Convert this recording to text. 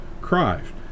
Christ